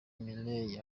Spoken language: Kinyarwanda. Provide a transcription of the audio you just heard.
mireille